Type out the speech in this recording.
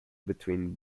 between